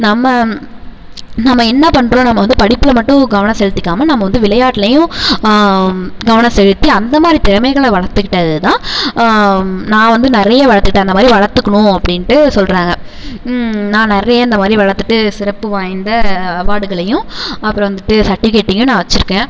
நம்ம நம்ம என்ன பண்ணுறோம் நம்ம வந்து படிப்பில் மட்டும் கவனம் செலுத்திக்காமல் நம்ம வந்து விளையாட்டுலையும் கவனம் செலுத்தி அந்த மாதிரி திறமைகளை வளர்த்துக்கிட்டதுதான் நான் வந்து நிறைய வளர்த்துக்கிட்டேன் அந்த மாதிரி வளர்த்துக்குணும் அப்படின்ட்டு சொல்கிறாங்க நான் நிறைய இந்த மாதிரி வளர்த்துட்டு சிறப்பு வாய்ந்த அவார்டுகளையும் அப்புறம் வந்துட்டு சர்ட்டிவிக்கேட்டையும் நான் வச்சிருக்கேன்